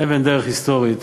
אבן דרך היסטורית